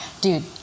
Dude